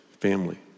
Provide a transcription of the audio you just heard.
family